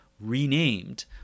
renamed